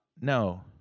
no